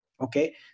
okay